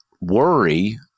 worry